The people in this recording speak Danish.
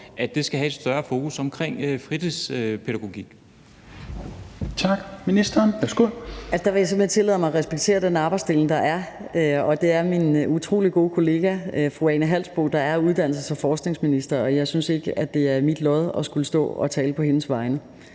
at der bør være et større fokus på fritidspædagogik?